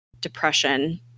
depression